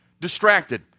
distracted